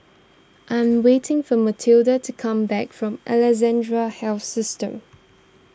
I am waiting for Mathilde to come back from Alexandra Health System